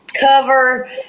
cover